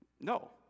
No